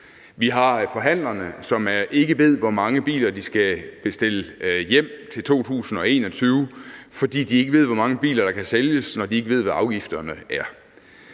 Vi har forhandlerne, som ikke ved, hvor mange biler de skal bestille hjem til 2020, fordi de ikke ved, hvor mange biler der kan sælges, når de ikke ved, hvordan afgifterne er.